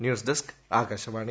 news desk Akashvani